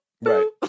Right